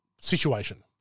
situation